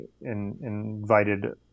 invited